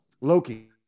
Loki